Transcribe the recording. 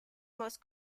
most